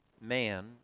man